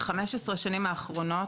ב-15 השנים האחרונות,